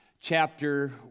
chapter